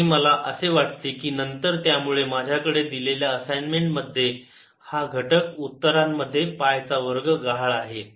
आणि मला असे वाटते की नंतर त्यामुळे माझ्याकडे दिलेल्या असाइनमेंट मध्ये हा घटक उत्तरांमध्ये पाय चा वर्ग गहाळ आहे